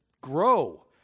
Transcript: grow